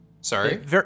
Sorry